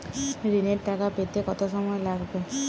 ঋণের টাকা পেতে কত সময় লাগবে?